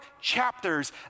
chapters